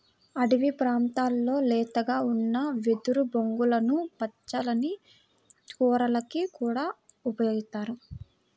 అడివి ప్రాంతాల్లో లేతగా ఉన్న వెదురు బొంగులను పచ్చళ్ళకి, కూరలకి కూడా ఉపయోగిత్తారు